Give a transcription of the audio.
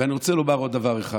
אני רוצה לומר עוד דבר אחד.